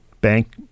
bank